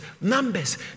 Numbers